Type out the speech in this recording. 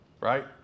right